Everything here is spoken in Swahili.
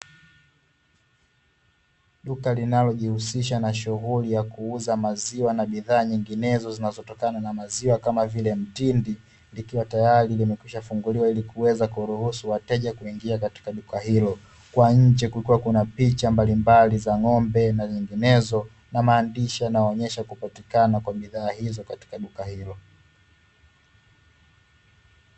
Duka linalojihusisha na shughuli ya kuuza maziwa na bidhaa nyinginezo zinazotokana na maziwa kama vile mtindi, likiwa tayari limekwisha funguliwa ili kuweza kuruhusu wateja kuingia katika duka hilo, kwa nje kulikuwa kuna picha mbalimbali za ng'ombe na zinginezo, na maandishi yanayoonyesha kupatikana kwa bidhaa hizo katika duka hilo.